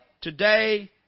today